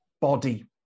body